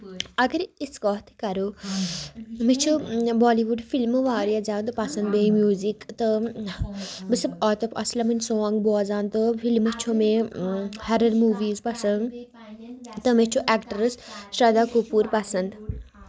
اَگر أسۍ کَتھ کَرو مےٚ چھِ بالہِ وُڈ فِلمہٕ واریاہ زیادٕ پسند بیٚیہِ میوٗزِک تہٕ بہٕ چھَس آتِف اَسلمٕنۍ سانگ بوزان تہٕ فِلمہٕ چھُ مےٚ ہرر موٗویٖز پسند تہٕ مےٚ چھُ ایکٹرس شردھا کپوٗر پسنٛد